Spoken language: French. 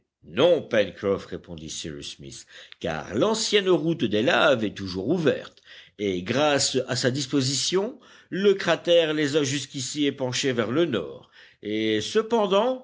non pencroff répondit cyrus smith car l'ancienne route des laves est toujours ouverte et grâce à sa disposition le cratère les a jusqu'ici épanchées vers le nord et cependant